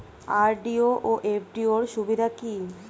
RD ও FD র সুবিধা কি?